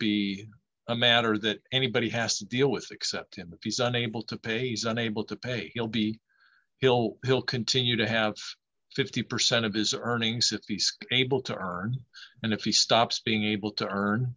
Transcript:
be a matter that anybody has to deal with except him if he's unable to pays unable to pay he'll be ill will continue to have fifty percent of his earnings if he's able to earn and if he stops being able to earn